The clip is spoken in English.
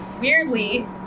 weirdly